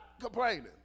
complaining